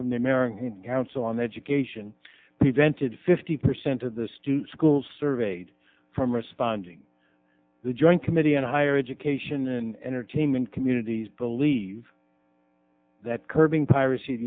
from the american council on education prevented fifty percent of the student schools surveyed from responding the joint committee on higher education and entertainment communities believe that curbing piracy